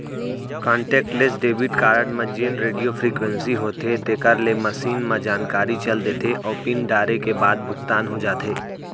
contactless debit card म जेन radio frequency होथे तेकर ले मसीन म जानकारी चल देथे अउ पिन डारे के बाद भुगतान हो जाथे